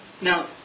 now